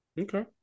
Okay